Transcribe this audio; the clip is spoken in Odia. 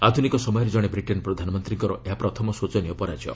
ଆଧୁନିକ ସମୟରେ କଣେ ବ୍ରିଟେନ୍ ପ୍ରଧାନମନ୍ତ୍ରୀଙ୍କ ଏହା ପ୍ରଥମ ଶୋଚନୀୟ ପରାଜୟ